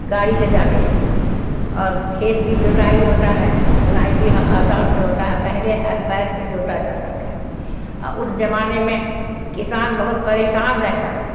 گاڑی سے جاتے ہیں اور کھیت بھی جوتائی ہوتا ہے بنائی بھی آسان سے ہوتا ہے پہلے ہل بیل سے جوتا جاتا تھا اور اس زمانے میں کسان بہت پریشان رہتا تھا